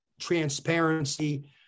Transparency